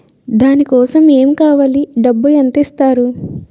దాని కోసం ఎమ్ కావాలి డబ్బు ఎంత ఇస్తారు?